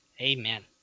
Amen